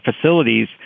facilities